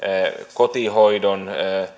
kotihoidon